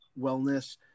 wellness